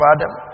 Adam